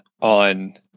on